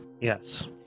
Yes